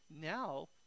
now